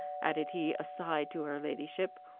added he aside to her ladyship.